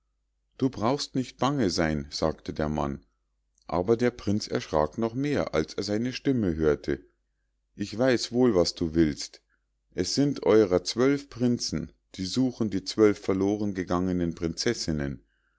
du brauchst nicht bange zu sein sagte der mann aber der prinz erschrak noch mehr als er seine stimme hörte ich weiß wohl was du willst es sind eurer zwölf prinzen die suchen die zwölf verloren gegangenen prinzessinnen